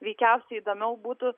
veikiausiai įdomiau būtų